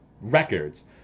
records